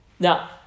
Now